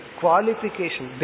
qualification